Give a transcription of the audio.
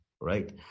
right